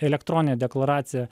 elektroninę deklaraciją